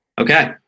Okay